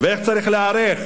ואיך צריך להיערך,